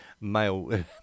male